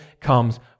comes